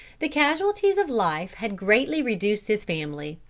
the casualties of life had greatly reduced his family.